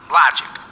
logic